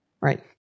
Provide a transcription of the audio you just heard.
Right